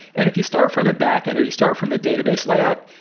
and if you start from the backend or you start from the database layout,